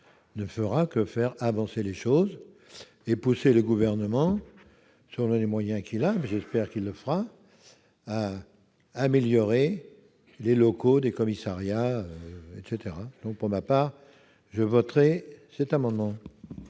permettra de faire avancer les choses et poussera le Gouvernement- s'il en a les moyens, j'espère qu'il le fera -à améliorer les locaux des commissariats. Pour ma part, je voterai cet amendement.